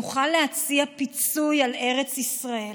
נוכל להציע 'פיצוי' על ארץ ישראל.